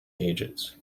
ages